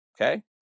Okay